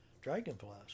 dragonflies